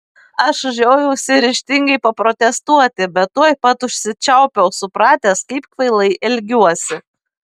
aš žiojausi ryžtingai paprotestuoti bet tuoj pat užsičiaupiau supratęs kaip kvailai elgiuosi